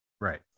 right